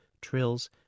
trills